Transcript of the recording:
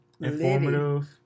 informative